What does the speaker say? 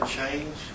change